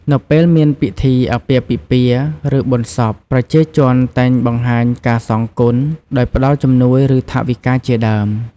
នៅពេលមានពិធីអាពាហ៍ពិពាហ៍ ឬបុណ្យសព ប្រជាជនតែងបង្ហាញការសងគុណ ដោយផ្តល់ជំនួយ ឬថវិកាជាដើម។